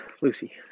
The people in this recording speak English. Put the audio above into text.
lucy